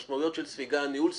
משמעויות של ספיגה, ניהול ספיגה,